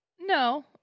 No